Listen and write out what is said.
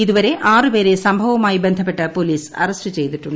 ഇതുവരെ ആറുപേരെ സംഭവവുമായി ബന്ധപ്പെട്ട് പോലീസ് അറസ്റ്റ് ചെയ്തിട്ടുണ്ട്